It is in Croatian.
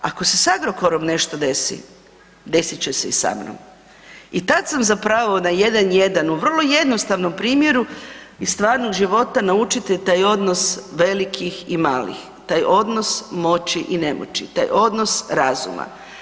Ako se s Agrokorom nešto desi, desit će se i sa mnom i tad sam zapravo na 1-1, u vrlo jednostavnom primjeru iz stvarnog života naučite taj odnos velikih i malih, taj odnos moći i nemoći, taj odnos razuma.